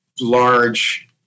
large